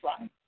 right